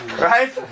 Right